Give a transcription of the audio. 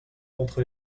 contre